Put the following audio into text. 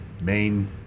main